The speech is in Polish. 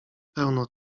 pełno